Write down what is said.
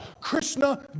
Krishna